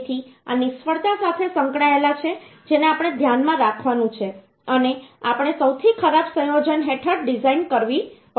તેથી આ નિષ્ફળતા સાથે સંકળાયેલા છે જેને આપણે ધ્યાનમાં રાખવાનું છે અને આપણે સૌથી ખરાબ સંયોજન હેઠળ ડિઝાઇન કરવી પડશે